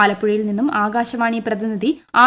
ആലപ്പുഴയിൽ നിന്നും ആകാശവാണി പ്രതിനിധി ആർ